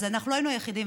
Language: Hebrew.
לא היינו יחידים,